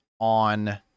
on